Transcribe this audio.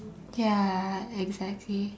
ya exactly